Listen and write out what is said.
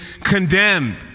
condemned